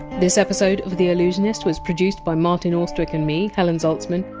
this episode of the allusionist was produced by martin austwick and me, helen zaltzman.